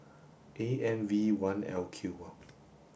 A M V one L Q